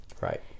Right